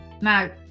Now